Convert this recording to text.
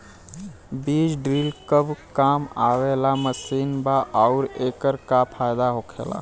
बीज ड्रील कब काम आवे वाला मशीन बा आऊर एकर का फायदा होखेला?